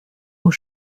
aux